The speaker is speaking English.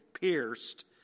pierced